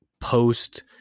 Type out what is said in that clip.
post